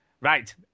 Right